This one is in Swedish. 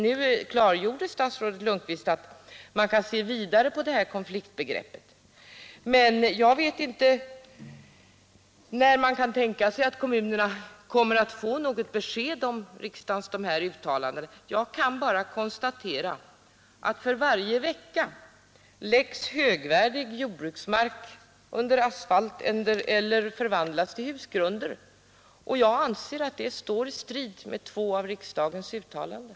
Nu klargjorde statsrådet Lundkvist att man kan se vidare på konfliktbegreppet, men jag vet inte när man kan tänka sig att kommunerna kommer att få något besked om dessa riksdagens uttalanden. Jag kan bara konstatera att varje vecka läggs högvärdig jordbruksmark under asfalt eller förvandlas till husgrunder. Jag anser att detta står i strid med två av riksdagens uttalanden.